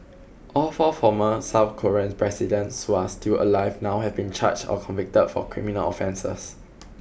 all four former South Korean presidents who are still alive have now been charged or convicted for criminal offences